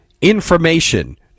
information